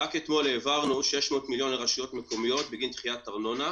רק אתמול העברנו 600 מיליון לרשויות המקומיות בגין דחיית ארנונה,